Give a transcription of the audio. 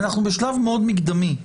אנחנו בשלב מאוד מקדמי.